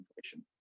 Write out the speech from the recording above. inflation